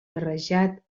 barrejat